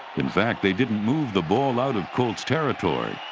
in fact, they didn't move the ball out of colts territory.